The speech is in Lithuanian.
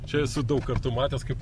čia esu daug kartų matęs kaip